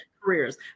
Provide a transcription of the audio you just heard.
careers